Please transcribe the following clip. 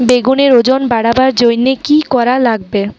বেগুনের ওজন বাড়াবার জইন্যে কি কি করা লাগবে?